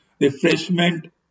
refreshment